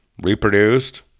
reproduced